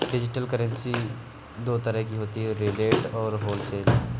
digital currency दो तरह की होती है रिटेल और होलसेल